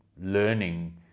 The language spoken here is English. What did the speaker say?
learning